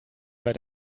bei